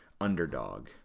underdog